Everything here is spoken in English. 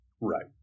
Right